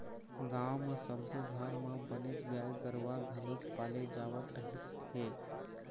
गाँव म सब्बो घर म बनेच गाय गरूवा घलोक पाले जावत रहिस हे